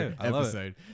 episode